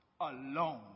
alone